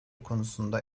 konusunda